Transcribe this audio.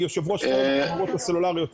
יושב-ראש פורום החברות הסלולריות.